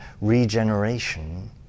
regeneration